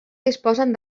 disposen